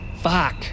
Fuck